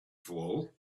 fall